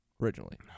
originally